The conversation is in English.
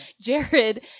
Jared